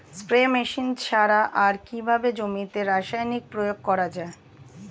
Spray machine ছাড়া আর কিভাবে জমিতে রাসায়নিক প্রয়োগ করা যায়?